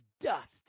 dust